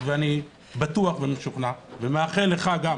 ואני בטוח ואני משוכנע, ומאחל לך גם